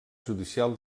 judicial